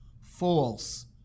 false